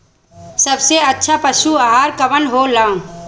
सबसे अच्छा पशु आहार कवन हो ला?